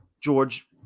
George